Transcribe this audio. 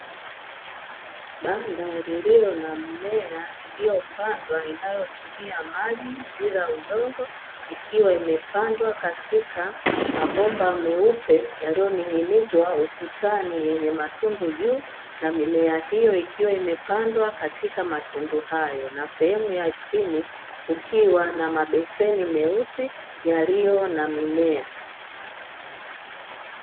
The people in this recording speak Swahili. Banda lililo na mmea iliyopandwa inayotumiwa maji bila udongo ikiwa imepandwa katika mabomba meupe yaliyoning'inizwa ukutani yenye matundu juu na mimea hiyo ikiwa imepandwa katika matundu hayo na sehemu ya chini kukiwa na mabeseni meusi yaliyo na mimea.